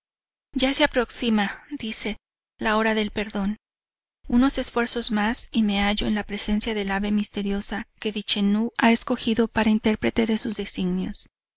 ya se aproxima dice la hora del perdón unos esfuerzos mas y me hallo en presencia del ave misteriosa que vichenú ha escogido para interprete de sus designios